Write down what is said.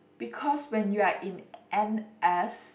because when you are in N_S